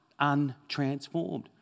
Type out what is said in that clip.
untransformed